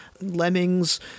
Lemmings